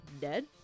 dead